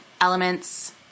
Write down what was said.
elements